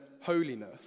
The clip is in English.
holiness